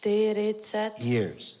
years